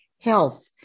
health